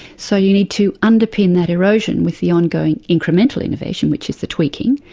so you need to underpin that erosion with the ongoing incremental innovation, which is the tweaking,